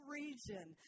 region